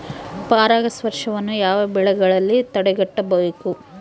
ಪರಾಗಸ್ಪರ್ಶವನ್ನು ಯಾವ ಬೆಳೆಗಳಲ್ಲಿ ತಡೆಗಟ್ಟಬೇಕು?